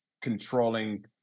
controlling